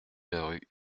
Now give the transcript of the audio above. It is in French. rue